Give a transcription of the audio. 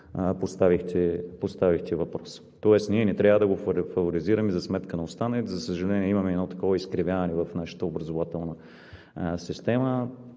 поставихте въпроса. Тоест ние не трябва да го фаворизираме за сметка на останалите. За съжаление, имаме едно такова изкривяване в нашата образователна система.